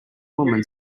woman